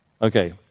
Okay